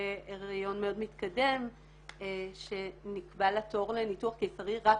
בהריון מאוד מתקדם שנקבע לה תור לניתוח קיסרי רק